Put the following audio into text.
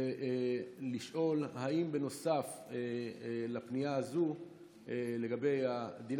ולשאול אם בנוסף לפנייה הזאת לגבי הדין